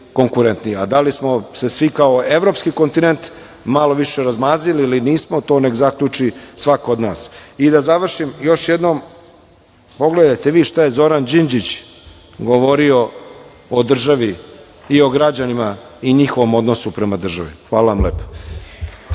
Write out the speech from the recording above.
konkurentniji. Da li smo se svi kao Evropski kontinent malo više razmazili ili nismo, to nek zaključi svako od nas. Da završim, još jednom, pogledajte vi šta je Zoran Đinđić govorio o državi i o građanima i njihovom odnosu prema državi. Hvala vam lepo.